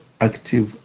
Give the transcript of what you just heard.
active